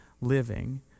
living